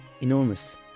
enormous